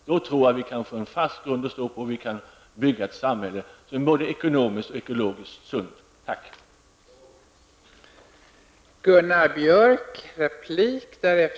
Då tror jag att vi kan få en fast grund att stå på, och vi kan bygga ett samhälle som är både ekologiskt och ekonomiskt sunt. Tack!